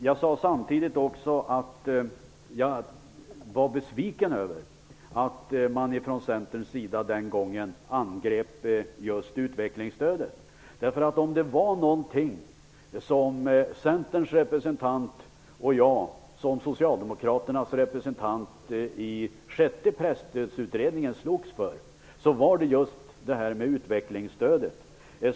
Jag sade samtidigt att jag var besviken över att man från Centerns sida angrep just utvecklingsstödet. Om det var någonting som Centerns representant och jag som Socialdemokraternas representant slogs för i den sjätte presstödsutredningen var det just utvecklingsstödet.